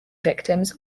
victims